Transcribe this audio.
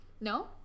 No